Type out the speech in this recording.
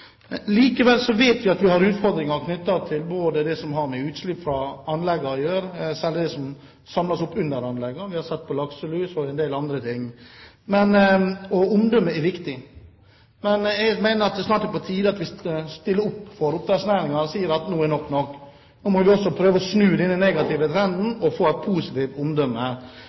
Likevel vet vi at vi har utfordringer både knyttet til det som har med utslipp fra anleggene å gjøre, særlig det som samles opp under anleggene, og når det gjelder lakselus og en del andre ting. Og omdømmet er viktig. Men jeg mener at det snart er på tide å stille opp for oppdrettsnæringen og si at nok er nok. Nå må vi også prøve å snu denne negative trenden, og få et positivt